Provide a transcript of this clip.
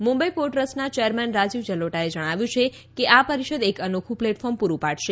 Mumbai port ટ્રસ્ટના chairman Rajiv જલોટાએ જણાવ્યું કે આ પરિષદ એક અનોખું પ્લેટફોર્મ પૂરૂં પાડશે